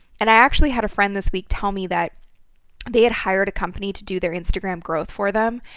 and i actually had a friend this week tell me that they had hired a company to do their instagram growth for them,